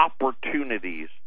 opportunities